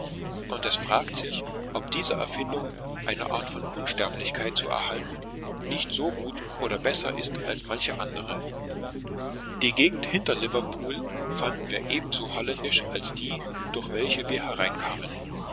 und es fragt sich ob diese erfindung eine art von unsterblichkeit zu erhalten nicht so gut und besser ist als manche andere die gegend hinter liverpool fanden wir ebenso holländisch als die durch welche wir hereinkamen